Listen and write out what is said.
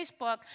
Facebook